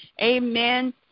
Amen